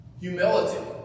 Humility